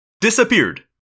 disappeared